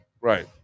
Right